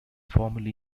formerly